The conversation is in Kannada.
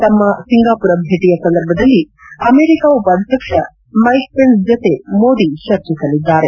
ತಮ್ಮ ಸಿಂಗಾಪುರ ಭೇಟಿಯ ಸಂದರ್ಭದಲ್ಲಿ ಅಮೆರಿಕ ಉಪಾಧ್ವಕ್ಷ ಮೈಕ್ ಪೆನ್ಸ್ ಜತೆ ಮೋದಿ ಚರ್ಚಿಸಲಿದ್ದಾರೆ